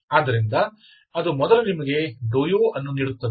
ಆದ್ದರಿಂದ ಅದು ಮೊದಲು ನಿಮಗೆ ∂u ಅನ್ನು ನೀಡುತ್ತದೆ